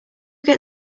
get